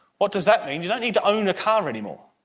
what does that mean? you don't need to own a car anymore.